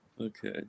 Okay